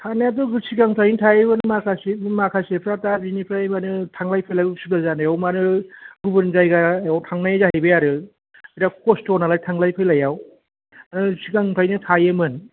थानायाथ' सिगांनिफ्रायनो थायोमोन माखासे माखासेफ्रा दा बेनिफ्राय माने थांलाय फैलाय उसुबिदा जानायाव मानो गुबुन जायगायाव थांनाय जाहैबाय आरो बिराथ खस्थ' नालाय थांलाय फैलायाव सिगांनिफ्रायनो थायोमोन